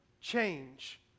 change